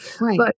Right